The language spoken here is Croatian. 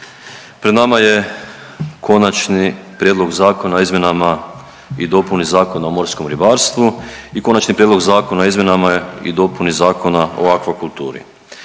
Pred nama je Konačni prijedlog zakona o izmjenama i dopuni Zakona o morskom ribarstvu i Konačni prijedlog zakona o izmjenama i dopuni Zakona o akvakulturi.